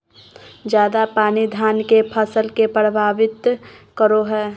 ज्यादा पानी धान के फसल के परभावित करो है?